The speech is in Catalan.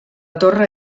torre